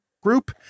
group